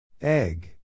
Egg